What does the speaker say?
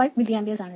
25 mA ആണ്